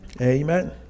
Amen